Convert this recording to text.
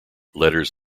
letters